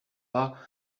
pas